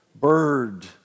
bird